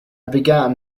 began